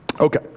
Okay